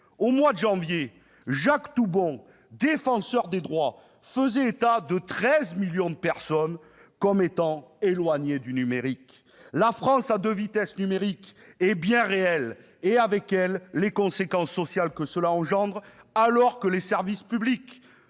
Au mois de janvier dernier, Jacques Toubon, Défenseur des droits, soulignait que 13 millions de personnes étaient « éloignées du numérique ». La France à deux vitesses numériques est bien réelle, et, avec elle, les conséquences sociales que cela suscite, alors que les services publics